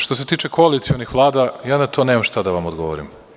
Što se tiče koalicionih vlada, ja na to nemam šta da vam odgovorim.